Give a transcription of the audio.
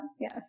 Yes